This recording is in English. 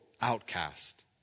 outcast